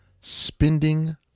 spending